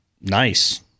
nice